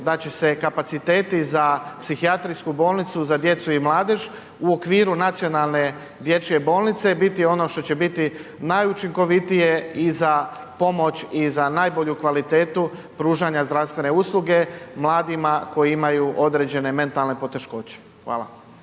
da će se kapaciteti za Psihijatrijsku bolnicu za djecu i mladež u okviru Nacionalne dječje bolnice biti ono što će biti najučinkovitije i za pomoć i za najbolju kvalitetu pružanja zdravstvene usluge mladima koji imaju određene mentalne poteškoće. Hvala.